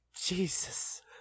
Jesus